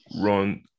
run